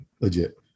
legit